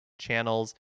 channels